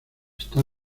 está